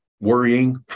Worrying